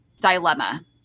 dilemma